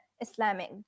Islamic